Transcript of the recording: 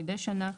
מידי שנה,